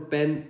Ben